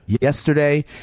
Yesterday